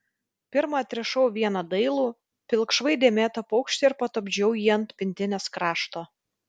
pirma atrišau vieną dailų pilkšvai dėmėtą paukštį ir patupdžiau jį ant pintinės krašto